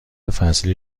فصلی